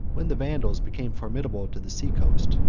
when the vandals became formidable to the sea-coast,